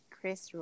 Chris